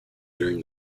during